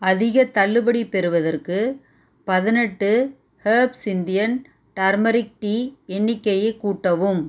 அதிக தள்ளுபடி பெறுவதற்கு பதினெட்டு ஹெர்ப்ஸ் இந்தியன் டர்மெரிக் டீ எண்ணிக்கையை கூட்டவும்